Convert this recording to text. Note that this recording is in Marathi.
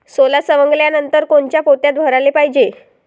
सोला सवंगल्यावर कोनच्या पोत्यात भराले पायजे?